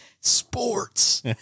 sports